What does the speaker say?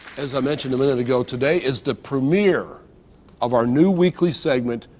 as i mentioned a minute ago, today is the premiere of our new weekly segment,